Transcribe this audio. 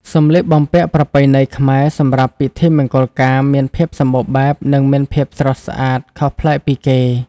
សម្លៀកបំពាក់ប្រពៃណីខ្មែរសម្រាប់ពិធីមង្គលការមានភាពសម្បូរបែប និងមានភាពស្រស់ស្អាតខុសប្លែកពីគេ ។